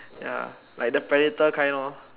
ya like the predator kind lor